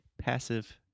passive